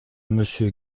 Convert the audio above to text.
monsieur